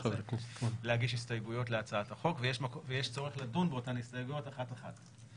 להגיש הסתייגויות להצעת החוק ויש צורך לדון באותן הסתייגויות אחת אחת.